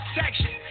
section